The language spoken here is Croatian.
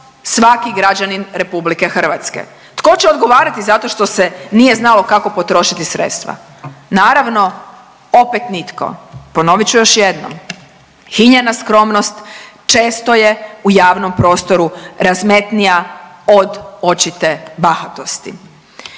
svaki građanin RH. Tko će odgovarati zato što se nije znalo kako potrošiti sredstva? Naravno, opet nitko. Ponovit ću još jednom, hinjena skromnost često je u javnom prostoru razmetnija od očite bahatosti